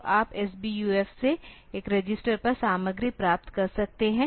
तो आप SBUF से एक रजिस्टर पर सामग्री प्राप्त कर सकते हैं